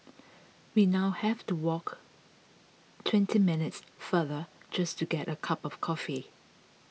we now have to walk twenty minutes farther just to get a cup of coffee